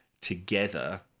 together